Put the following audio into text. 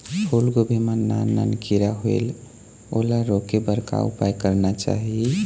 फूलगोभी मां नान नान किरा होयेल ओला रोके बर का उपाय करना चाही?